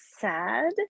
sad